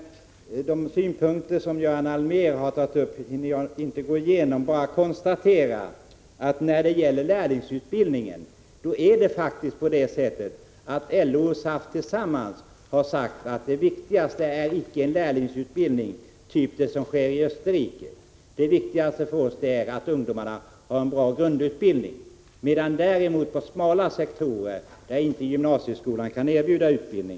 De synpunkter som Göran Allmér har tagit upp hinner jag inte gå igenom. Jag konstaterar bara att både LO och SAF har sagt att det viktigaste inte är att vi får en lärlingsutbildning av den typ som man har i Österrike. Det viktigaste för oss är att ungdomarna har en bra grundutbildning. Däremot bör man kunna anordna lärlingsutbildning inom smala sektorer, där gymnasieskolan inte kan erbjuda utbildning.